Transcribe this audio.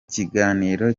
kiganiro